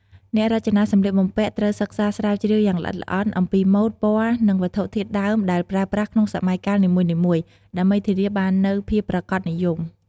អ្នករចនាសម្លៀកបំពាក់ត្រូវសិក្សាស្រាវជ្រាវយ៉ាងល្អិតល្អន់អំពីម៉ូដ ពណ៌ និងវត្ថុធាតុដើមដែលប្រើប្រាស់ក្នុងសម័យកាលនីមួយៗ ដើម្បីធានាបាននូវភាពប្រាកដនិយម។